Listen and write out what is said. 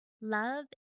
Love